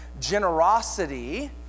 generosity